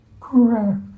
Correct